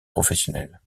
professionnelle